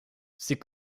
ces